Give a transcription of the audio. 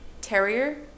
Terrier